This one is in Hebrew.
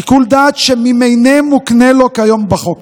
שיקול דעת שממילא מוקנה לו כיום בחוק.